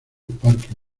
parque